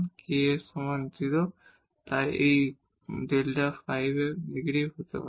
k এর সমান 0 এবং এই Δ f নেগেটিভ হতে হবে